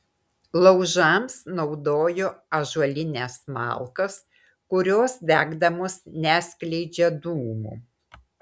laužams naudojo ąžuolines malkas kurios degdamos neskleidžia dūmų